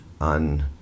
on